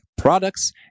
products